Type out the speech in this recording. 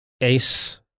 Ace